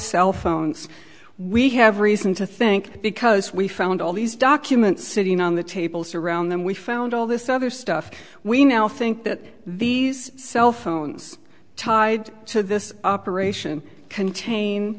cellphones we have reason to think because we found all these documents sitting on the tables around them we found all this other stuff we now think that these cell phones tied to this operation contain